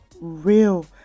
real